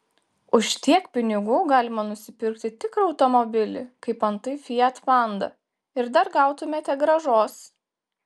už tiek pinigų galima nusipirkti tikrą automobilį kaip antai fiat panda ir dar gautumėte grąžos